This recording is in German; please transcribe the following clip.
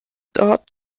dort